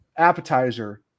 appetizer